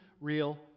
real